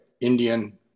Indian